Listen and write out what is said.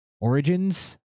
origins